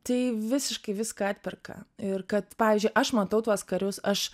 tai visiškai viską atperka ir kad pavyzdžiui aš matau tuos karius aš